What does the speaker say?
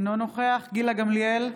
אינו נוכח גילה גמליאל,